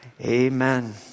Amen